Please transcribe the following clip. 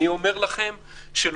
יספרו לי שאי אפשר רפואית,